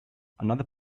another